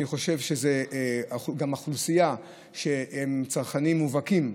אני חושב שזו גם אוכלוסייה שהם צרכנים מובהקים,